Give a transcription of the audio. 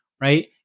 right